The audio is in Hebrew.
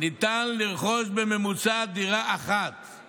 ניתן לרכוש דירה אחת בממוצע.